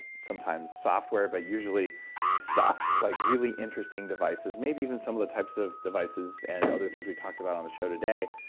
sometimes software, but usually stuff, like really interesting devices, maybe even some of the types of devices and other things we talked about on the show today.